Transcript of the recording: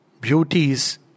beauties